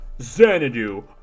Xanadu